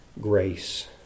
grace